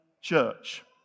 church